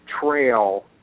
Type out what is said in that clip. trail